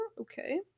Okay